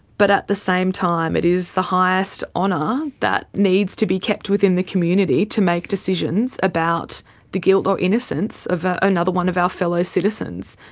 but at the same time it is the highest honour that needs to be kept within the community to make decisions about the guilt or innocence of another one of our fellow citizens.